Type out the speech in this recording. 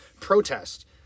protest